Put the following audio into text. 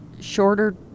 shorter